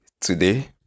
today